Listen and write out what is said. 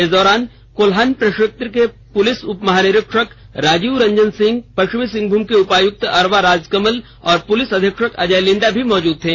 इस दौरान कोल्हान प्रक्षेत्र के पुलिस उपमहानिरीक्षक राजीव रंजन सिंह पश्चिमी सिंहभूम के उपायुक्त अरवा राजकमल और पुलिस अधीक्षक अजय लिंडा मौजूद थे